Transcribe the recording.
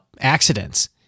accidents